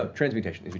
ah transmutation,